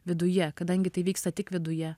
viduje kadangi tai vyksta tik viduje